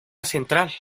central